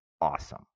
awesome